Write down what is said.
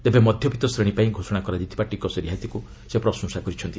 ତେବେ ମଧ୍ୟବିତ୍ତ ଶ୍ରେଣୀପାଇଁ ଘୋଷଣା କରାଯାଇଥିବା ଟିକସ ରିହାତିକୁ ସେ ପ୍ରଶଂସା କରିଛନ୍ତି